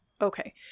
okay